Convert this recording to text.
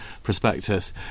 prospectus